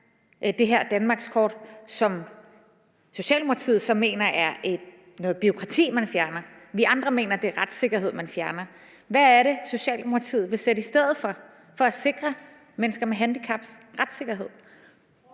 det her danmarkskort, som Socialdemokratiet så mener er noget bureaukrati, man fjerner. Vi andre mener, det er retssikkerhed, man fjerner. Hvad er det, Socialdemokratiet vil sætte i stedet for for at sikre mennesker med handicaps retssikkerhed?